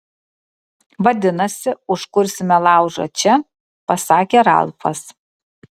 vadinasi užkursime laužą čia pasakė ralfas